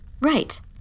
Right